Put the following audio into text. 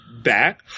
back